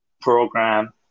program